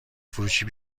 فروشی